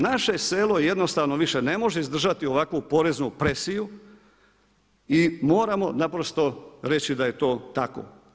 Naše selo jednostavno više ne može izdržati ovakvu poreznu presiju i moramo naprosto reći da je to tako.